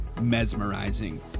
mesmerizing